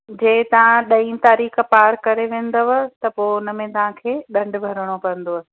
जे तव्हां ॾहीं तारीख़ पार करे वेंदव त पोइ हुन में तव्हांखे डंडु भरणो पवंदव